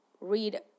read